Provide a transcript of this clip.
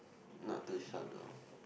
not too short though